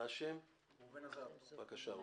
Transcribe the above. בבקשה.